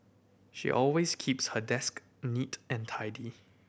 she always keeps her desk neat and tidy